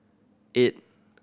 eight